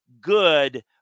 good